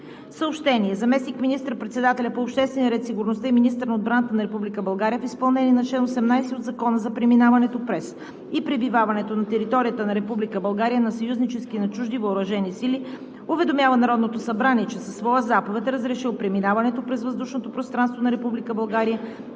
към него. Заместник министър-председателят по обществения ред и сигурността и министър на отбраната на Република България в изпълнение на чл. 18 от Закона за преминаването през и пребиваването на територията на Република България на съюзнически и на чужди въоръжени сили уведомява Народното събрание, че със своя заповед е разрешил преминаването през въздушното пространство на